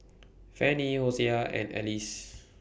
Fannie Hosea and Alice